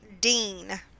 Dean